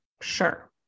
Sure